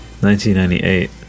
1998